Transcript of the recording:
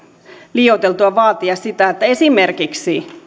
liioiteltua vaatia sitä että esimerkiksi